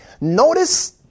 Notice